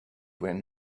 when